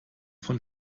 von